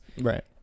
Right